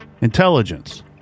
intelligence